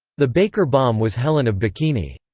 the baker bomb was helen of bikini.